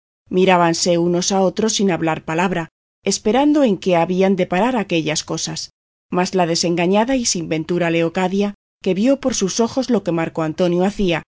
acontecimiento mirábanse unos a otros sin hablar palabra esperando en qué habían de parar aquellas cosas mas la desengañada y sin ventura leocadia que vio por sus ojos lo que marco antonio hacía